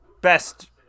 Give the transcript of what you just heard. best